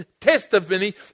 testimony